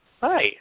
Hi